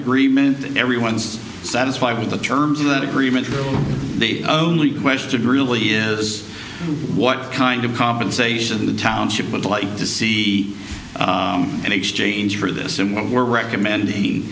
agreement that everyone's satisfied with the terms of that agreement the only question really is what kind of compensation the township would like to see in exchange for this and what we're recommending